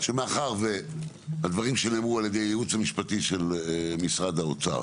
שמאחר והדברים שנאמרו על ידי הייעוץ המשפטי של משרד האוצר